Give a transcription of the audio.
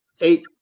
eight